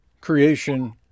creation